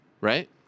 right